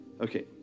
okay